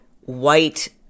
white